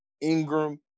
Ingram